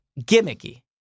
gimmicky